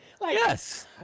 Yes